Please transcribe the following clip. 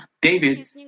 David